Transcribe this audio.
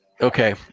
Okay